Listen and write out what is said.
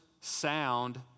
sound